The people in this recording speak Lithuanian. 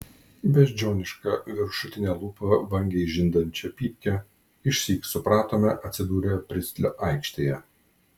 beždžioniška viršutine lūpa vangiai žindančią pypkę išsyk supratome atsidūrę pristlio aikštėje